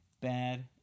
bad